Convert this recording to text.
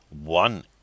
one